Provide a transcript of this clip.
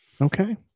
Okay